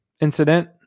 incident